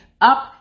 Up